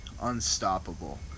unstoppable